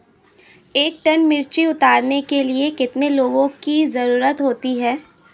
एक टन मिर्ची उतारने में कितने लोगों की ज़रुरत होती है?